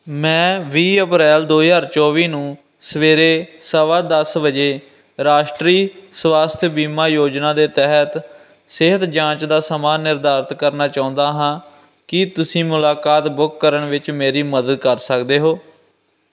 ਮੈਂ ਵੀਹ ਅਪ੍ਰੈਲ ਦੋ ਹਜ਼ਾਰ ਚੌਵੀ ਨੂੰ ਸਵੇਰੇ ਸਵਾ ਦਸ ਵਜੇ ਰਾਸ਼ਟਰੀ ਸਵਾਸਥਯ ਬੀਮਾ ਯੋਜਨਾ ਦੇ ਤਹਿਤ ਸਿਹਤ ਜਾਂਚ ਦਾ ਸਮਾਂ ਨਿਰਧਾਰਤ ਕਰਨਾ ਚਾਹੁੰਦਾ ਹਾਂ ਕੀ ਤੁਸੀਂ ਮੁਲਾਕਾਤ ਬੁੱਕ ਕਰਨ ਵਿੱਚ ਮੇਰੀ ਮਦਦ ਕਰ ਸਕਦੇ ਹੋ